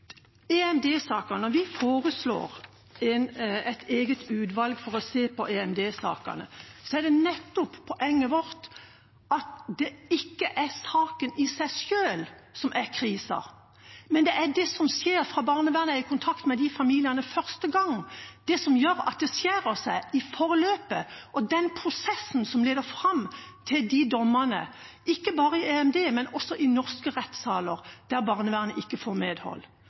Når vi foreslår et eget utvalg for å se på EMD-sakene, er nettopp poenget vårt at det ikke er saken i seg selv som er krisen, men det er det som skjer fra barnevernet er i kontakt med familiene første gang, det som gjør at det skjærer seg i forløpet, og den prosessen som leder fram til de dommene, ikke bare i EMD, men også i norske rettssaler der barnevernet ikke får medhold.